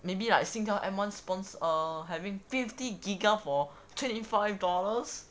maybe like singtel M one for having fifty giga for twenty five dollars